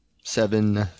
Seven